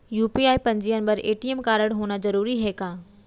UPI पंजीयन बर ATM कारडहोना जरूरी हे का?